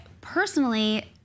personally